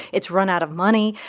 it's run out of money,